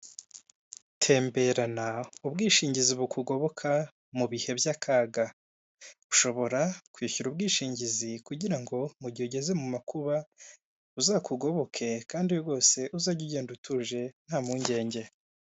Temberana ubwishingizi bukugoboka mu bihe by'akaga, ushobora kwishyura ubwishingizi kugirango mu gihe ugeze mu makuba, buzakugoboke kandi rwose uzajye ugenda utuje nta mpungenge.